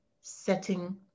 setting